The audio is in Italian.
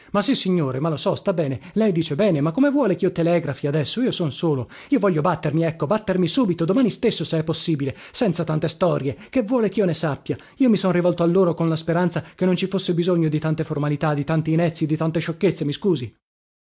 ma lo so sta bene lei dice bene ma come vuole chio telegrafi adesso io son solo io voglio battermi ecco battermi subito domani stesso se è possibile senza tante storie che vuole chio ne sappia io mi son rivolto a loro con la speranza che non ci fosse bisogno di tante formalità di tante inezie di tante sciocchezze mi scusi